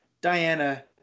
Diana